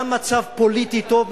גם מצב פוליטי טוב,